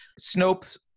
Snopes